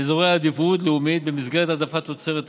לאזורי עדיפות לאומית במסגרת העדפת תוצרת הארץ.